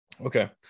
Okay